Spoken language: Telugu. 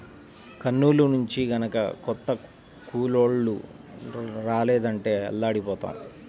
కర్నూలు నుంచి గనక కొత్త కూలోళ్ళు రాలేదంటే అల్లాడిపోతాం